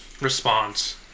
response